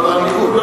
לא.